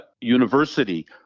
university